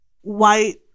white